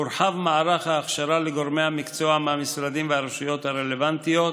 הורחב מערך ההכשרה לגורמי המקצוע מהמשרדים והרשויות הרלוונטיות,